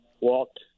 walked